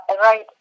right